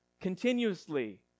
continuously